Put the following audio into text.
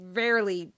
rarely